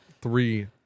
three